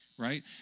Right